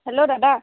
hello দাদা